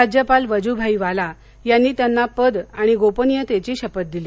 राज्यपाल वज्भाई वाला यांनी त्यांना पद आणि गोपनीयतेची शपथ दिली